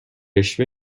رشوه